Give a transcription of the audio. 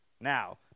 now